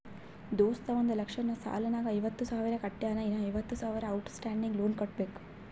ದೋಸ್ತ ಒಂದ್ ಲಕ್ಷ ಸಾಲ ನಾಗ್ ಐವತ್ತ ಸಾವಿರ ಕಟ್ಯಾನ್ ಇನ್ನಾ ಐವತ್ತ ಸಾವಿರ ಔಟ್ ಸ್ಟ್ಯಾಂಡಿಂಗ್ ಲೋನ್ ಕಟ್ಟಬೇಕ್